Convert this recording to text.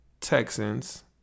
Texans